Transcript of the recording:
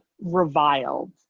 reviled